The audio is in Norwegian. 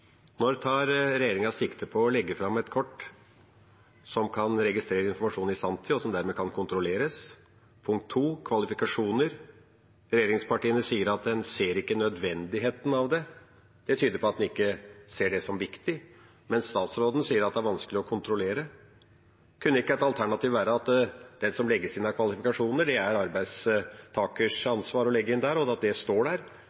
når tar regjeringa sikte på å legge fram et kort som kan registrere informasjon i sanntid, og som dermed kan kontrolleres? For det andre når det gjelder kvalifikasjoner: Regjeringspartiene sier at de ser ikke nødvendigheten av det. Det tyder på at man ikke ser det som viktig. Men statsråden sier at det er vanskelig å kontrollere. Kunne ikke et alternativ være at det som legges inn av kvalifikasjoner, er det arbeidstakers